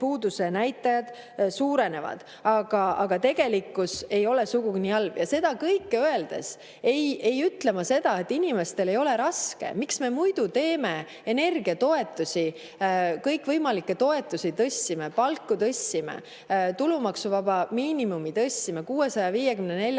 tööpuuduse näitajad suurenevad, aga tegelikkus ei ole sugugi nii halb. Seda kõike öeldes ei ütle ma seda, et inimestel ei ole raske. Miks me muidu teeme energiatoetusi, kõikvõimalikke toetusi, tõstsime palku? Tulumaksuvaba miinimumi tõstsime 654